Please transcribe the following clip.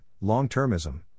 long-termism